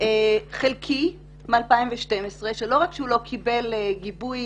חלקי מ-2012 שלא רק שהוא לא קיבל גיבוי